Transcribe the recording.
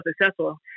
successful